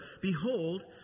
Behold